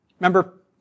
Remember